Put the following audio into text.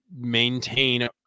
maintain